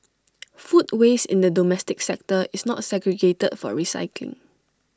food waste in the domestic sector is not segregated for recycling